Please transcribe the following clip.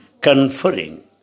conferring